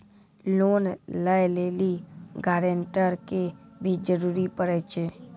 Loan लै लेली guarantor के भी जरूरी पड़ै छै?